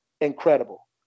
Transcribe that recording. incredible